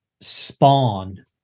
spawn